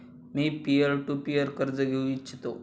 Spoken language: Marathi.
मी पीअर टू पीअर कर्ज घेऊ इच्छितो